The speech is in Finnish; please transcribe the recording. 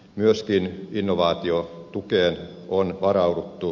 myöskin innovaatiotukeen on varauduttu